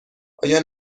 آیا